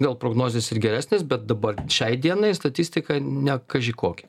gal prognozės ir geresnės bet dabar šiai dienai statistika ne kaži kokia